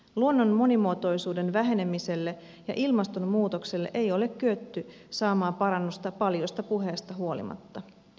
luonnon monimuotoisuuden vähenemiselle ja ilmastonmuutokselle ei ole kyetty saamaan parannusta paljosta puheesta huolimatta